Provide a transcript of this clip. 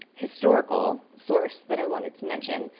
historical source that i wanted to mention.